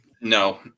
no